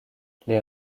les